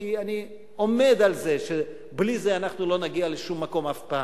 כי אני עומד על זה שבלי זה אנחנו לא נגיע לשום מקום אף פעם.